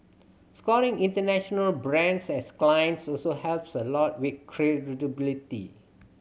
scoring international brands as clients also helps a lot with credibility